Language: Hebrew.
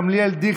גילה גמליאל,